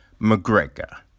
McGregor